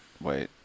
Wait